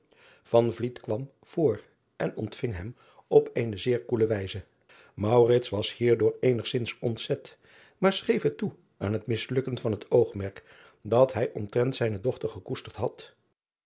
kwam voor en ontving hem op eene zeer koele wijze was hierdoor eenigzins ontzet maar schreef het toe aan het mislukken van het oogmerk dat hij omtrent zijne dochter gekoesterd had